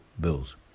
bills